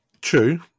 True